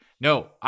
No